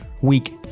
week